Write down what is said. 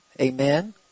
Amen